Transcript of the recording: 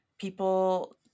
people